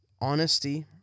honesty